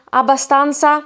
abbastanza